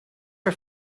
for